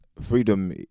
freedom